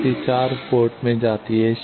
शक्ति 4 पोर्ट में जाती है